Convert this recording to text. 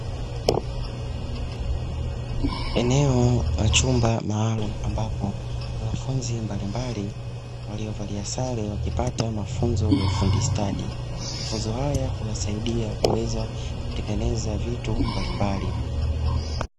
Eneo la chumba maalumu ambapo, wanafunzi mbalimbali waliovalia sare wakipata mafunzo ya ufundi stadi. Mafunzo haya huwasaidia kuweza kutengeneza vitu mbalimbali.